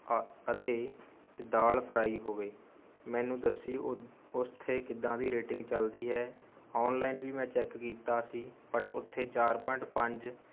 ਅਤੇ ਦਾਲ ਫਰਾਈ ਹੋਵੇ ਮੈਨੂੰ ਦੱਸੀਂ ਉੱ ਉੱਥੇ ਕਿੱਦਾਂ ਦੀ ਰੇਟਿੰਗ ਚੱਲਦੀ ਹੈ ਔਨਲਾਇਨ ਵੀ ਮੈਂ ਚੈੱਕ ਕੀਤਾ ਸੀ ਬਟ ਉੱਥੇ ਚਾਰ ਪੁਆਇੰਟ ਪੰਜ